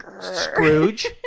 Scrooge